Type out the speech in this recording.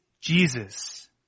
Jesus